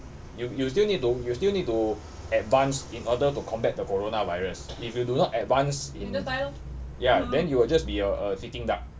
you you still need to you still need to advance in order to combat the coronavirus if you do not advance in ya then you will just be a a sitting duck